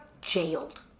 jailed